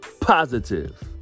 Positive